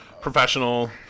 Professional